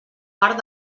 part